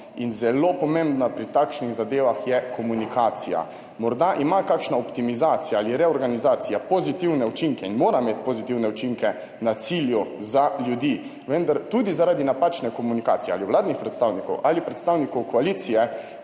Zelo pomembna pri takšnih zadevah je komunikacija. Morda ima kakšna optimizacija ali reorganizacija pozitivne učinke in mora imeti pozitivne učinke na cilju za ljudi, vendar tudi zaradi napačne komunikacije ali vladnih predstavnikov ali predstavnikov koalicije